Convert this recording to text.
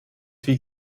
viel